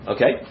Okay